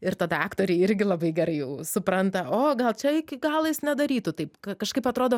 ir tada aktoriai irgi labai gerai jau supranta o gal čia iki galo jis nedarytų taip ka kažkaip atrodo